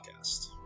Podcast